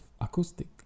acoustic